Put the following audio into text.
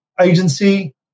agency